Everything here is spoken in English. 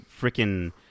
freaking